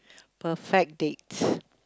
perfect date